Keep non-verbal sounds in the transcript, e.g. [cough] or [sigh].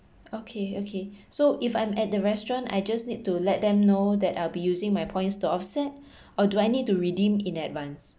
okay okay so if I'm at the restaurant I just need to let them know that I'll be using my points to offset [breath] or do I need to redeem in advance